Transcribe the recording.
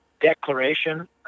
declaration